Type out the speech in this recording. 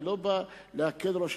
אני לא בא להקל ראש,